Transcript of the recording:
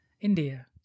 India